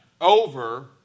over